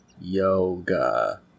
Yoga